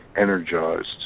energized